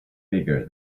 bigger